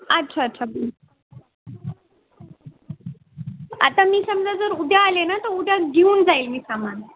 अच्छा अच्छा आता मी समजा जर उद्या आले ना तर उद्या घेऊन जाईल मी सामान